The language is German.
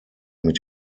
mit